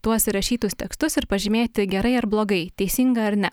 tuos įrašytus tekstus ir pažymėti gerai ar blogai teisinga ar ne